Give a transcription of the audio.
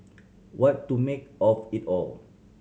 what to make of it all